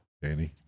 Danny